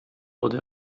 wurde